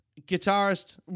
guitarist